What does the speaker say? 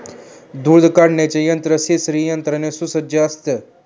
दूध काढण्याचे यंत्र सेंसरी यंत्राने सुसज्ज असतं